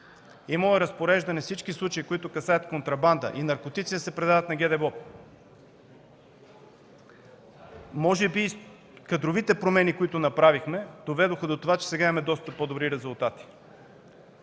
Имало е разпореждане всички случаи, които касаят контрабанда и наркотици, да се предават на ГДБОП! Може би кадровите промени, които направихме, доведоха до това, че сега имаме доста по-добри резултати.